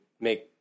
make